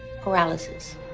paralysis